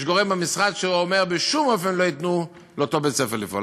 יש גורם במשרד שאומר: בשום אופן לא ייתנו לאותו בית-ספר לפעול.